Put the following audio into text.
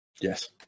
Yes